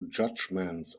judgments